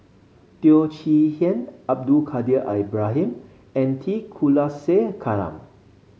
Teo Chee Hean Abdul Kadir Ibrahim and T Kulasekaram